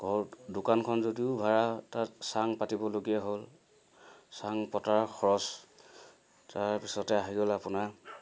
ঘৰ দোকানখন যদিও ভাড়া তাত চাং পাতিবলগীয়া হ'ল চাং পতাৰ খৰচ তাৰপিছতে আহি গ'ল আপোনাৰ